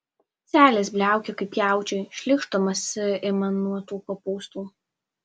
seilės bliaukia kaip jaučiui šleikštumas ima nuo tų kopūstų